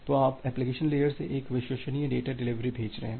तो आप application layer से एक विश्वसनीय डेटा डिलीवरी भेज रहे हैं